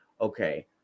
okay